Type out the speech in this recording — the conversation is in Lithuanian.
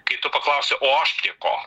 kai tu paklausi o aš ko